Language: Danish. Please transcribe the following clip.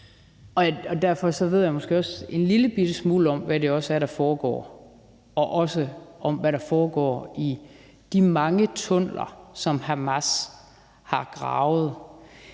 Og derfor ved jeg måske også en lillebitte smule om, hvad det også er, der foregår, også hvad der foregår i de mange tunneller, som Hamas har gravet.